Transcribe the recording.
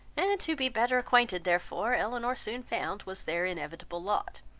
and to be better acquainted therefore, elinor soon found was their inevitable lot,